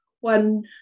one